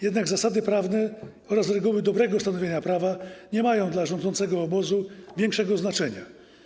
Jednak zasady prawne oraz reguły dobrego stanowienia prawa nie mają dla rządzącego obozu większego znaczenia.